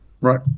right